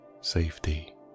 safety